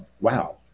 Wow